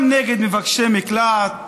גם נגד מבקשי מקלט,